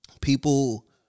people